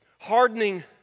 hardening